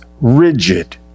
rigid